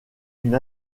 une